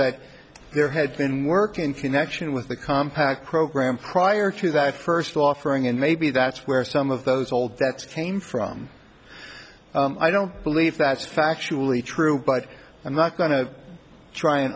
that there had been work in connection with the compaq program prior to that first offering and maybe that's where some of those old that's came from i don't believe that's factually true but i'm not going to try and